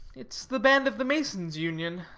it's the band of the mason's union.